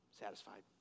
satisfied